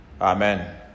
Amen